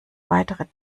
weitere